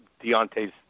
Deontay's